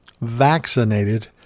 vaccinated